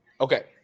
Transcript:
Okay